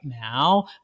now